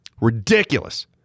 Ridiculous